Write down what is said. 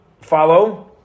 follow